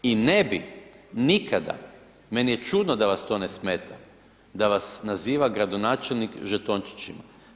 I ne bi nikada, meni je čudno da vas to ne smeta, da vas naziva gradonačelnik žetončićima.